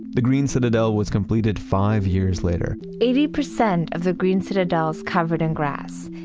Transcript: the green citadel was completed five years later eighty percent of the green citadel is covered in grass,